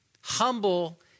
humble